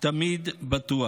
לא תמיד בטוח בהכרח.